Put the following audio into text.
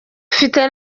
mfite